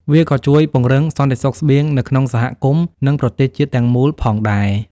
វាក៏ជួយពង្រឹងសន្តិសុខស្បៀងនៅក្នុងសហគមន៍និងប្រទេសជាតិទាំងមូលផងដែរ។